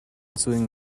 sewing